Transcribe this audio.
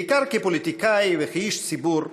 בעיקר כפוליטיקאי וכאיש ציבור,